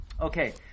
Okay